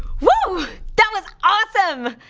whew, that was awesome!